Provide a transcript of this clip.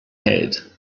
head